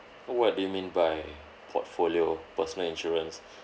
what do you mean by portfolio personal insurance